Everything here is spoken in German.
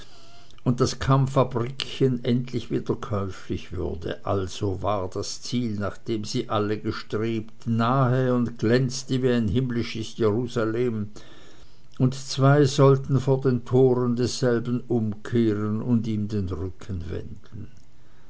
und das kammfabrikchen endlich wieder käuflich würde also war das ziel nach dem sie alle gestrebt nahe und glänzte wie ein himmlisches jerusalem und zwei sollten vor den toren desselben umkehren und ihm den rücken wenden